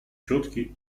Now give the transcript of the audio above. четкий